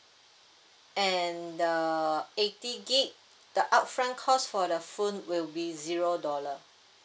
and the eighty gig the upfront cost for the phone will be zero dollar